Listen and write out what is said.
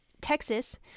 Texas